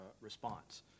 response